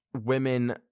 Women